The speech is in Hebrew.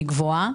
הוא גבוה.